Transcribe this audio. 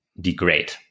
degrade